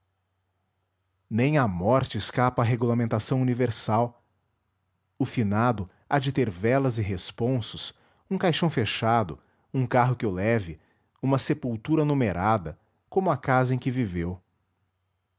nem a morte escapa à regulamentação universal o finado há de ter www nead unama br velas e responsos um caixão fechado um carro que o leve uma sepultura numerada como a casa em que viveu